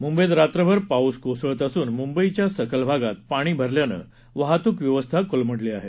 मुंबईत रात्रभर पाऊस कोसळत असून मुंबईच्या सखल भागात पाणी भरल्यानं वाहतूक व्यवस्था कोलमडली आहे